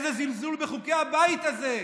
איזה זלזול בחוקי הבית הזה?